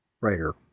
Writer